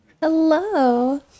Hello